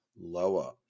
lower